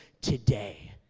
today